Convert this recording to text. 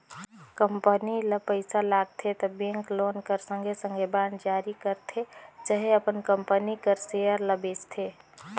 company ल पइसा लागथे त बेंक लोन कर संघे संघे बांड जारी करथे चहे अपन कंपनी कर सेयर ल बेंचथे